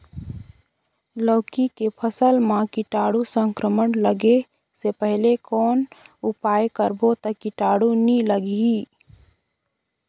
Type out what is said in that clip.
लौकी के फसल मां कीटाणु संक्रमण लगे से पहले कौन उपाय करबो ता कीटाणु नी लगही?